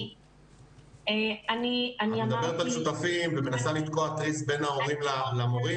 את מדברת על שותפים ומנסה לתקוע טריז בין ההורים למורים.